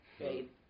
right